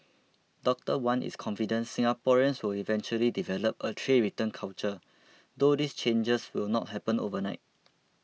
Doctor Wan is confident Singaporeans will eventually develop a tray return culture though these changes will not happen overnight